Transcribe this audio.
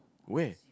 where